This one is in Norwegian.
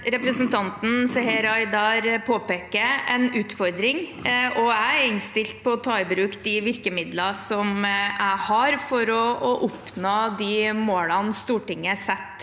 Representan- ten Seher Aydar påpeker en utfordring, og jeg er innstilt på å ta i bruk de virkemidlene jeg har, for å oppnå de målene Stortinget setter